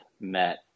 met